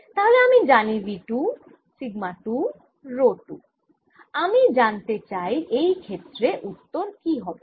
তাহলে আমি জানি V 2 সিগমা 2 রো 2 আমি জানতে চাই এই ক্ষেত্রে উত্তর কি হবে